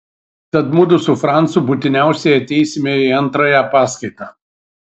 tad mudu su francu būtiniausiai ateisime į antrąją paskaitą